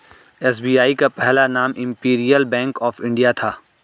SBI का पहला नाम इम्पीरीअल बैंक ऑफ इंडिया था